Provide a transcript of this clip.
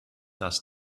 dass